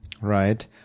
Right